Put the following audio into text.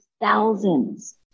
thousands